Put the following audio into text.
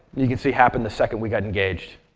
you can see happened the second we got engaged.